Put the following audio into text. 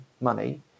money